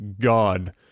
god